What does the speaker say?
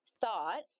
thought